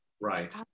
Right